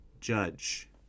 judge